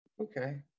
Okay